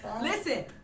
Listen